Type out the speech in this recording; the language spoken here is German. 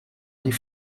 die